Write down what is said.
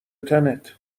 تنت